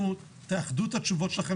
תאחדו את התשובות שלכם,